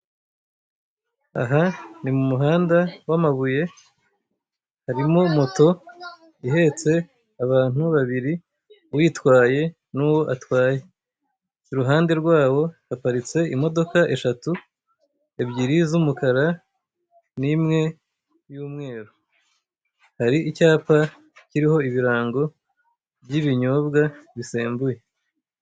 Aha ni mu muhanda waamabuye, harimo moto ihetse abantu babiri utwaye n'uwo atwaye, iruhande rwabo haparitse imodoka eshatu, ebyiri z'umukara n'imwe y'umweru, hari icyapa kiriho ibirango by'ibinyobwa bisembuye.